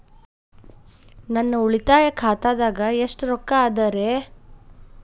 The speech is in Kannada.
ನನ್ನ ಉಳಿತಾಯ ಖಾತಾದಾಗ ಎಷ್ಟ ರೊಕ್ಕ ಅದ ರೇ?